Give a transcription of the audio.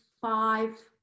five